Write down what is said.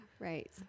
Right